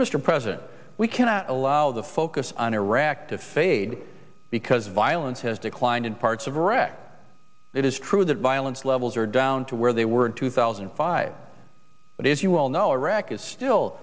mr president we cannot allow the focus on iraq to fade because violence has declined in parts of iraq it is true that violence levels are down to where they were in two thousand and five but as you well know iraq is still